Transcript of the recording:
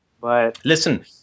Listen